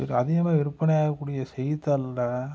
இதில் அதிகமாக விற்பனை ஆகக்கூடிய செய்தித்தாளில்